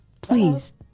please